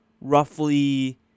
roughly